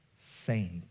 saint